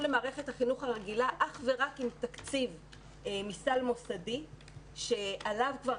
למערכת החינוך הרגילה אך ורק עם תקציב מסל מוסדי שעליו כבר